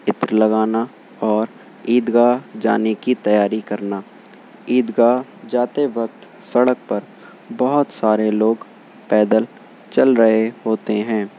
عطر لگانا اور عیدگاۃ جانے کی تیاری کرنا عیدگاہ جاتے وقت سڑک پر بہت سارے لوگ پیدل چل رہے ہوتے ہیں